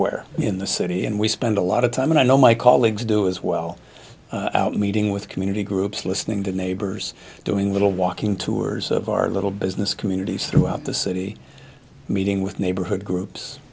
where in the city and we spend a lot of time and i know my colleagues do as well meeting with community groups listening to neighbors doing little walking tours of our little business communities throughout the city meeting with neighborhood groups